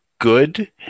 Good